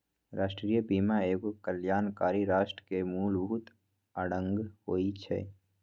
राष्ट्रीय बीमा एगो कल्याणकारी राष्ट्र के मूलभूत अङग होइ छइ